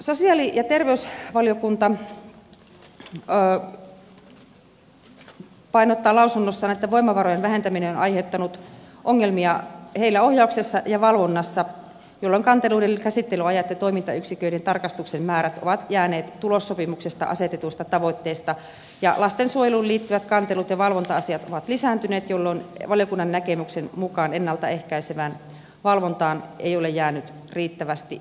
sosiaali ja terveysvaliokunta painottaa lausunnossaan että voimavarojen vähentäminen on aiheuttanut ongelmia heillä ohjauksessa ja valvonnassa jolloin kanteluiden käsittelyajat ja toimintayksiköiden tarkastusten määrät ovat jääneet tulossopimuksesta asetetuista tavoitteista ja lastensuojeluun liittyvät kantelut ja valvonta asiat ovat lisääntyneet jolloin valiokunnan näkemyksen mukaan ennalta ehkäisevään valvontaan ei ole jäänyt riittävästi huomiota